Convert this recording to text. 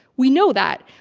we know that.